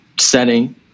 setting